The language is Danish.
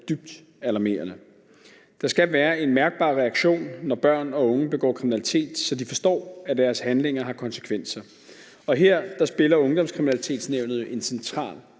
dybt alarmerende. Der skal være en mærkbar reaktion, når børn og unge begår kriminalitet, så de forstår, at deres handlinger har konsekvenser. Her spiller Ungdomskriminalitetsnævnet jo en central